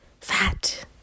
fat